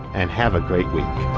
and have a great week!